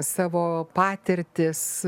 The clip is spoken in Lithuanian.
savo patirtis